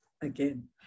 again